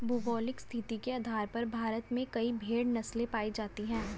भौगोलिक स्थिति के आधार पर भारत में कई भेड़ नस्लें पाई जाती हैं